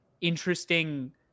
interesting